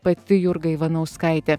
pati jurga ivanauskaitė